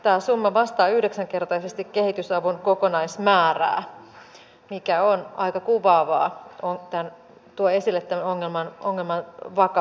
tämä summa vastaa yhdeksänkertaisesti kehitysavun kokonaismäärää mikä on aika kuvaavaa ja tuo esille tämän ongelman vakavuuden